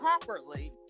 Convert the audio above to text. properly